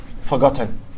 forgotten